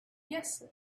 yes